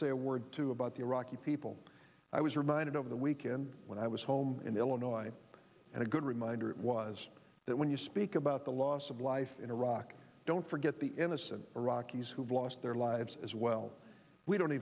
say a word too about the iraqi people i was reminded over the weekend when i was home in illinois and a good reminder it was that when you speak about the loss of life in iraq don't forget the innocent iraqis who've lost their lives as well we don't